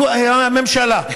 הממשלה.